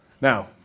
Now